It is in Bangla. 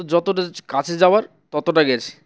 তো যতটা কাছে যাওয়ার ততটা গেছি